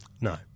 No